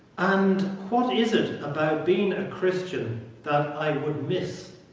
and what is it about being a christian that i would miss